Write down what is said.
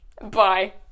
Bye